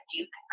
Duke